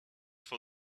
for